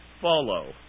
follow